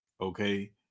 Okay